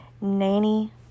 Nanny